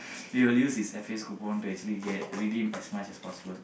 we will use his F_A_S coupon to actually get redeem as much as possible